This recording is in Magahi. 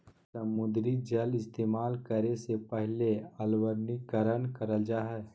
समुद्री जल इस्तेमाल करे से पहले अलवणीकरण करल जा हय